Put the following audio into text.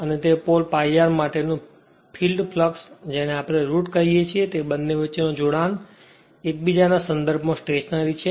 અને તે pole π r માટેનું ફિલ્ડ ફ્લક્સ અને આપણે જેને રુટ કહીએ છીએ તે બંને વચ્ચેનું જોડાણ એકબીજાના સંદર્ભમાં સ્ટેશનરી છે